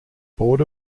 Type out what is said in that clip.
board